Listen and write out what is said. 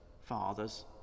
fathers